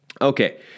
Okay